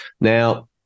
Now